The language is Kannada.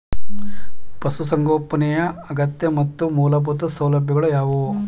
ಪಶುಸಂಗೋಪನೆಯ ಅಗತ್ಯ ಮತ್ತು ಮೂಲಭೂತ ಸೌಲಭ್ಯಗಳು ಯಾವುವು?